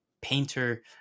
painter